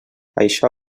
això